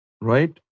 right